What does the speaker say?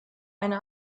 eine